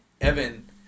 Evan